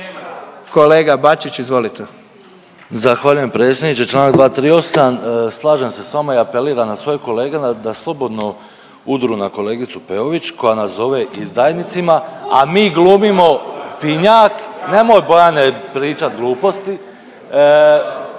Kolega Šimičević, izvolite.